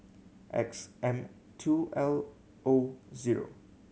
X M two L O zero